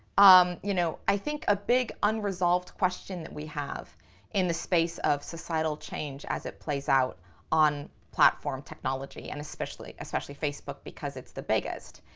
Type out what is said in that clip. um you know, i think a big unresolved question that we have in the space of societal change as it plays out on platform technology, and especially, especially facebook because it's the biggest,